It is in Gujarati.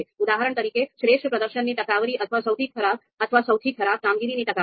ઉદાહરણ તરીકે શ્રેષ્ઠ પ્રદર્શનની ટકાવારી અથવા સૌથી ખરાબ કામગીરીની ટકાવારી